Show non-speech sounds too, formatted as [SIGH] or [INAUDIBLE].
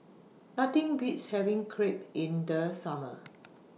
Nothing Beats having Crepe in The Summer [NOISE]